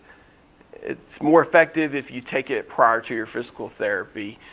it's more effective if you take it prior to your physical therapy.